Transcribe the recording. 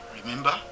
Remember